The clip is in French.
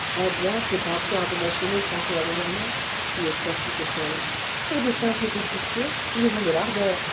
très bien ces braves gardes nationaux franco algériens fit hector piquefol pour de simples boutiquiers ils ont de l'ardeur